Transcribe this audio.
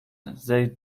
they